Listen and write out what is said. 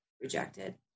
rejected